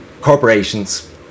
corporations